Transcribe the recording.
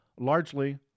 largely